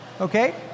Okay